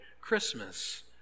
Christmas